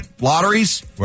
lotteries